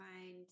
find